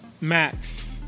Max